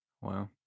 Wow